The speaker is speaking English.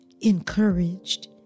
encouraged